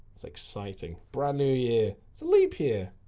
it's exciting. brand new year. it's a leap year.